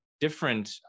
different